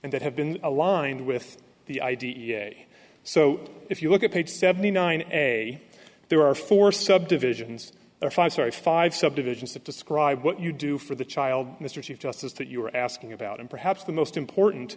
and that have been aligned with the i d e a so if you look at page seventy nine a there are four subdivisions or five sorry five subdivisions that describe what you do for the child mr chief justice that you are asking about and perhaps the most important